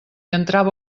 entrava